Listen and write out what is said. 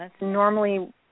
normally